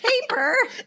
paper